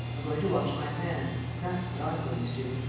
i'm going to wash my hands, that's what i'm going to do